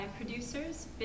producers